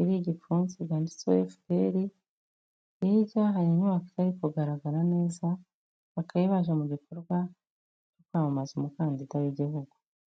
iriho igipfunsi cyanditseho FPR, hirya hari inyubako itari kugaragara neza, bakaba baje mu gikorwa cyo kwamamaza umukandida w'Igihugu.